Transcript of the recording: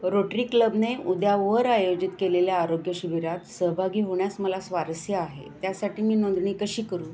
rotary क्लबने उद्यावर आयोजित केलेल्या आरोग्यशिबिरात सहभागी होण्यास मला स्वारस्य आहे त्यासाठी मी नोंदणी कशी करू